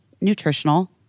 nutritional